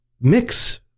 mix